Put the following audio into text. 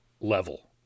level